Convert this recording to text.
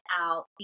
out